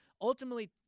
ultimately